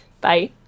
Bye